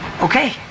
Okay